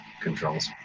controls